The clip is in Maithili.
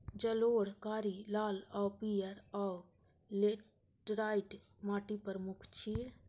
जलोढ़, कारी, लाल आ पीयर, आ लेटराइट माटि प्रमुख छै